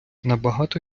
набагато